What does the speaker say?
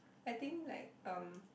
I think like um